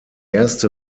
erste